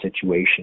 situation